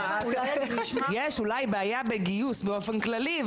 יש אולי בעיה בגיוס באופן כללי,